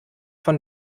von